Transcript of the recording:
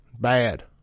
Bad